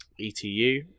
ETU